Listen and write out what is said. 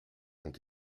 ont